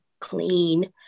clean